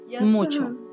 Mucho